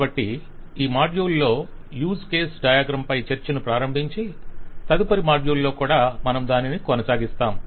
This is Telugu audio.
కాబట్టి ఈ మాడ్యూల్లో యూజ్ కేస్ డయాగ్రమ్ పై చర్చను ప్రారంభించి తదుపరి మాడ్యూల్లో కూడా మనము దానిని కొనసాగిస్తాo